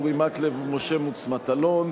אורי מקלב ומשה מטלון,